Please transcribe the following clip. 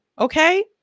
okay